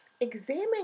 Examine